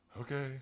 Okay